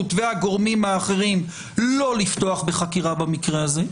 והגורמים האחרים לא לפתוח בחקירה במקרה הזה.